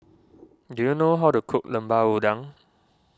do you know how to cook Lemper Udang